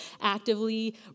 actively